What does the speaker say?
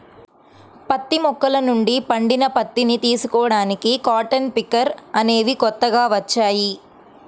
పత్తి మొక్కల నుండి పండిన పత్తిని తీసుకోడానికి కాటన్ పికర్ అనేవి కొత్తగా వచ్చాయి